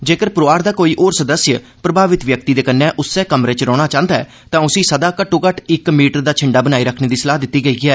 जेगर परोआर दा कोई होर सदस्य प्रभावित व्यक्ति दे कन्नै उस्सै कमरे च रौहना चांहदा ऐ तां उसी सदा घट्टोघट्ट इक मीटर दी दूरी बनाई रक्खने दी सलाह् दित्ती गेई ऐ